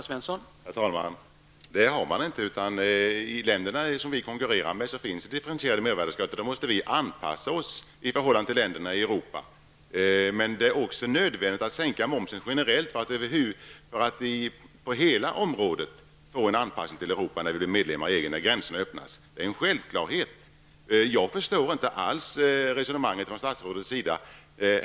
Herr talman! Det har man inte. I de länder som vi konkurrerar med i Europa finns differentierade mervärdeskatter. Då måste vi anpassa oss i förhållande till dem. Men det är också nödvändigt att sänka momsen generellt för att få till stånd en anpassning till Europa på hela området när vi blir medlemmar i EG och gränserna öppnas. Det är en självklarhet. Jag förstår inte alls resonemanget från statsrådets sida.